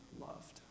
loved